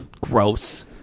Gross